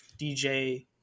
DJ